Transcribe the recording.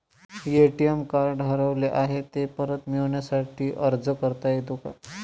ATM card हरवले आहे, ते परत मिळण्यासाठी अर्ज करता येतो का?